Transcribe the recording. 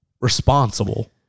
responsible